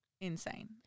insane